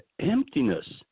emptiness